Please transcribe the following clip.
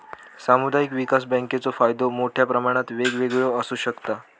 सामुदायिक विकास बँकेचो फायदो मोठ्या प्रमाणात वेगवेगळो आसू शकता